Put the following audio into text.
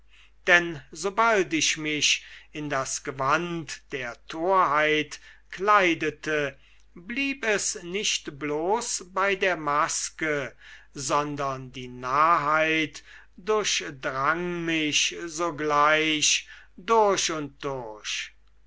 denn sobald ich mich in das gewand der torheit kleidete blieb es nicht bloß bei der maske sondern die narrheit durchdrang mich sogleich durch und durch